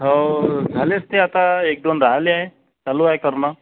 हो झाले असते आता एक दोन राहिले आहे चालू आहे करणं